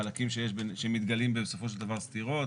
חלקים שמתגלים בסופו של דבר סתירות.